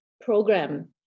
program